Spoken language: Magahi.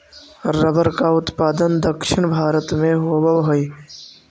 रबर का उत्पादन दक्षिण भारत में होवअ हई